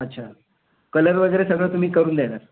अच्छा कलर वगैरे सगळं तुम्ही करून देणार